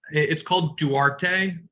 it's called duarte,